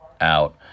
out